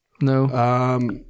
No